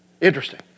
Interesting